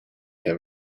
him